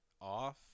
off